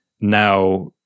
now